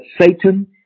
Satan